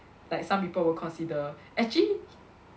like some people will consider actually